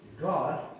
God